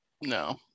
No